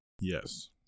yes